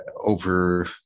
over